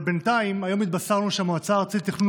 אבל בינתיים היום התבשרנו שהמועצה הארצית לתכנון